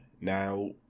Now